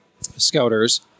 scouters